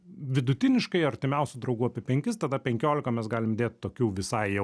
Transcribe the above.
vidutiniškai artimiausių draugų apie penkis tada penkiolika mes galim dėt tokių visai jau